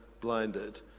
blinded